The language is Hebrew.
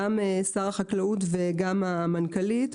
גם שר החקלאות וגם המנכ"לית,